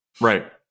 Right